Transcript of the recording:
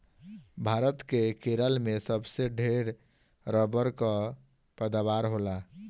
भारत के केरल में सबसे ढेर रबड़ कअ पैदावार होला